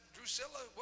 Drusilla